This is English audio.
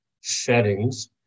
settings